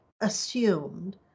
assumed